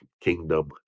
kingdom